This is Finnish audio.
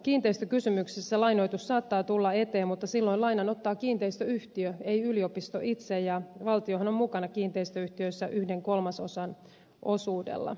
kiinteistökysymyksissä lainoitus saattaa tulla eteen mutta silloin lainan ottaa kiinteistöyhtiö ei yliopisto itse ja valtiohan on mukana kiinteistöyhtiöissä yhden kolmasosan osuudella